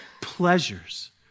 pleasures